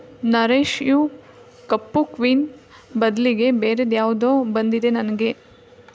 nourish ಯೂ ಕಪ್ಪು queen ಬದಲಿಗೆ ಬೇರೇದ್ಯಾವ್ದೋ ಬಂದಿದೆ ನನಗೆ